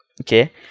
okay